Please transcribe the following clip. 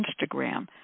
Instagram